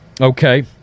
okay